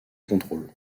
contrôle